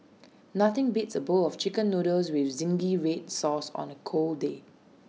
nothing beats A bowl of Chicken Noodles with Zingy Red Sauce on A cold day